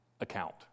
account